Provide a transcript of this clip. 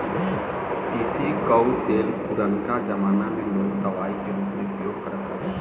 तीसी कअ तेल पुरनका जमाना में लोग दवाई के रूप में उपयोग करत रहे